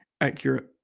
Accurate